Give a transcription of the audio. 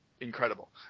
incredible